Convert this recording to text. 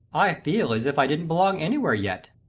i feel as if i didn't belong anywhere yet.